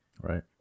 right